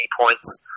points